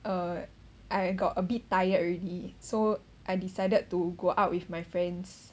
uh I got a bit tired already so I decided to go out with my friends